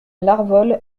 larvol